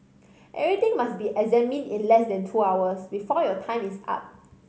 everything must be examined in less than two hours before your time is up